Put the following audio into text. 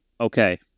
Okay